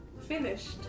Finished